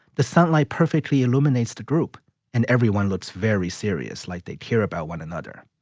the sunlight perfectly illuminates the group and everyone looks very serious like they care about one another.